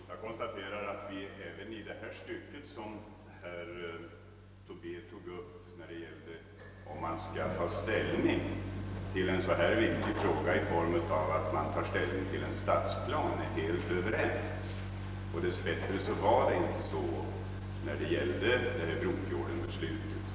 Herr talman! Jag konstaterar att vi även när det gäller det spörsmål som herr Tobé tog upp, nämligen om man skall ta ställning till en så viktig fråga som denna som om det gäller en stadsplan, är helt överens. Dess bättre arbetade vi inte på det sättet beträffande Brofjordenbeslutet.